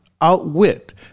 outwit